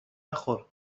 نخور